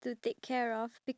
ya